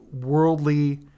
worldly